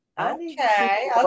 Okay